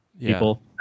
People